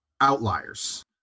outliers